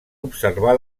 observar